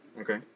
Okay